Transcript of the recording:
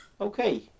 Okay